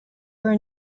were